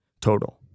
total